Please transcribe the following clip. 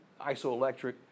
isoelectric